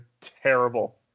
terrible